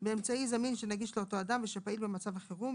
באמצעי זמין שנגיש לאותו אדם ושפעיל במצב החירום,